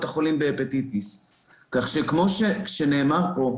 החולים להפטיטיס C. כך שכמו שנאמר פה: